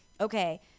okay